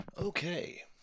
Okay